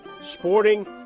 sporting